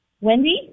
Wendy